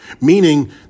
Meaning